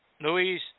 Louise